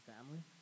Family